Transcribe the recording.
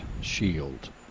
Shield